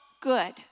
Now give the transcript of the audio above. good